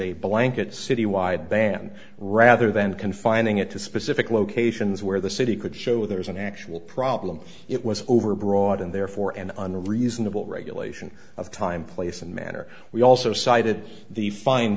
a blanket citywide ban rather than confining it to specific locations where the city could show there is an actual problem it was over broad and therefore and unreasonable regulation of time place and manner we also cited the fine